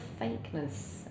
fakeness